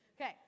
okay